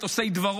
את עושי דברו,